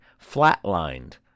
flatlined